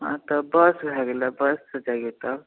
हाँ तऽ बस भए गेलौ बससँ जाइए तऽ